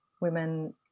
women